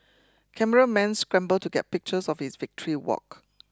cameramen scramble to get pictures of his victory walk